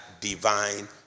divine